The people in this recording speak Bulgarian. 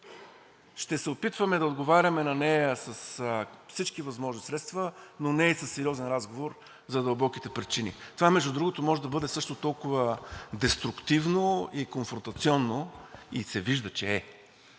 Ще се опитваме да отговаряме на нея с всички възможни средства, но не и със сериозен разговор за дълбоките причини. Това, между другото, може да бъде също толкова деструктивно и конфронтационно, и се вижда, че е,